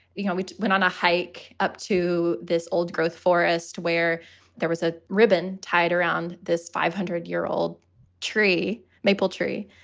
you know, we went on a hike up to this old growth forest where there was a ribbon tied around this five hundred year old tree maple tree,